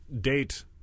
date